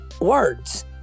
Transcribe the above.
words